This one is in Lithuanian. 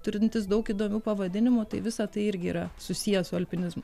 turintis daug įdomių pavadinimų tai visa tai irgi yra susiję su alpinizmu